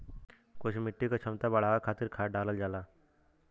कुछ मिट्टी क क्षमता बढ़ावे खातिर खाद डालल जाला